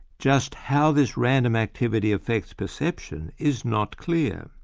just how this random activity affects perception is not clear.